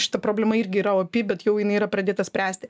šita problema irgi yra opi bet jau jinai yra pradėta spręsti